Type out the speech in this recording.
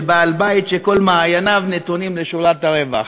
בעל-הבית שכל מעייניו נתונים לשורת הרווח.